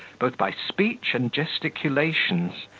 both by speech and gesticulations,